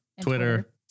Twitter